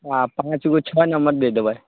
आ पाँचगो छओ नम्बर दऽ देबै